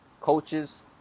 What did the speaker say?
coaches